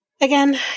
Again